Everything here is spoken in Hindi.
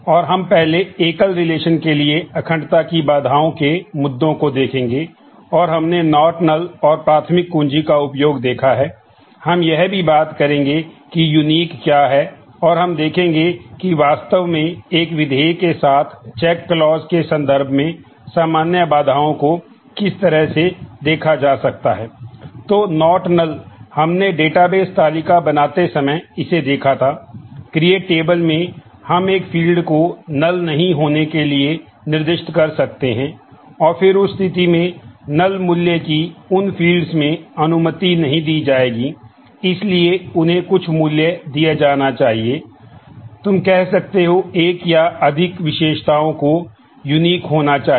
और हम पहले एकल रिलेशन के संदर्भ में सामान्य बाधाओं को किस तरह से देखा जा सकता है